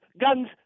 guns